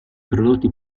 prodotti